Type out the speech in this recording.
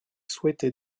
souhaiter